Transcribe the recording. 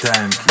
Time